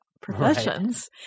professions